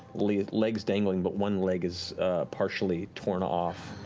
legs legs dangling, but one leg is partially torn off.